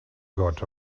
gott